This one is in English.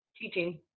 teaching